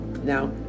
Now